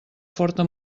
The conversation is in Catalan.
forta